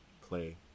play